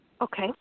Okay